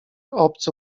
obcy